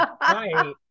right